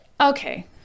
Okay